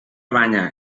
banya